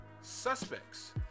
suspects